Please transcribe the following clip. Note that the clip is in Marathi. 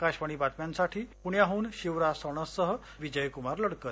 अकाशवाणी बातम्यांसाठी पुण्याहून शिवराज सणससह विजयक्मार लडकत